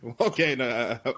okay